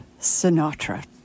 Sinatra